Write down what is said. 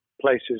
places